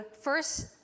first